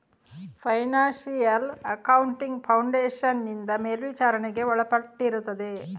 financial accounting foundation ನಿಂದ ಮೇಲ್ವಿಚಾರಣೆಗೆ ಒಳಪಟ್ಟಿರುತ್ತದೆ